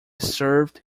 served